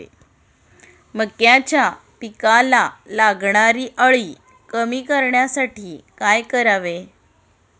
मक्याच्या पिकाला लागणारी अळी कमी करण्यासाठी काय करावे?